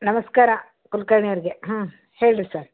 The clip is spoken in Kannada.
ನಮಸ್ಕಾರ ಕುಲಕರ್ಣಿ ಅವ್ರಿಗೆ ಹ್ಞೂ ಹೇಳಿರಿ ಸರ್